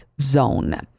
zone